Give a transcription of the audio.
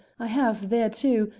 i have, there too,